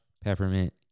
peppermint